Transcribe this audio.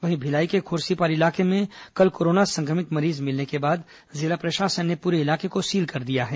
वहीं भिलाई के खुर्सीपार इलाके में कल कोरोना संक्रमित मरीज मिलने के बाद जिला प्रशासन ने पूरे इलाके को सील कर दिया है